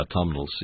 autumnal